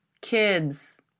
kids